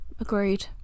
agreed